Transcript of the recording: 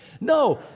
No